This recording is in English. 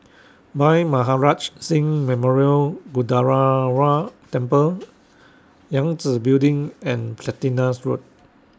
Bhai Maharaj Singh Memorial Gurdwara Temple Yangtze Building and Platina Road